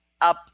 up